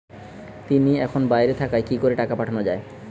তিনি এখন বাইরে থাকায় কি করে টাকা পাঠানো য়ায়?